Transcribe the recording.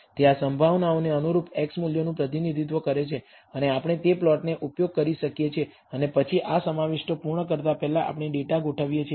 તે આ સંભાવનાઓને અનુરૂપ x મૂલ્યોનું પ્રતિનિધિત્વ કરે છે અને આપણે તે પ્લોટનો ઉપયોગ કરી શકીએ છીએ અને પછી આ સમાવિષ્ટો પૂર્ણ કરતા પહેલા આપણે ડેટા ગોઠવીએ છીએ